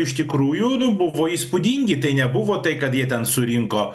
iš tikrųjų buvo įspūdingi tai nebuvo tai kad jie ten surinko